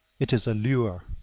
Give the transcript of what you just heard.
it is a lure.